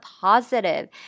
positive